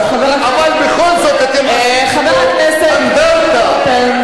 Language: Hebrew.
חבר הכנסת,